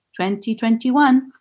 2021